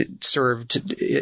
served